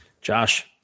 Josh